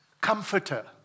comforter